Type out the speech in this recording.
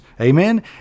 Amen